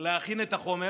להכין את החומר,